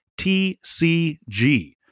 TCG